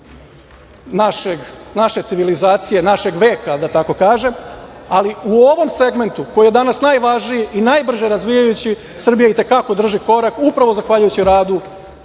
naše civilizacije, našeg veka, ali u ovom segmentu koji je danas najvažniji i najbrže razvijajući, Srbija i te kako drži korak upravo zahvaljujući radu